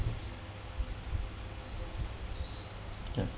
ya